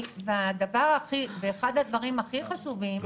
ואחד הדברים הכי חשובים,